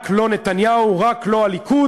רק לא נתניהו, רק לא הליכוד.